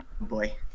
boy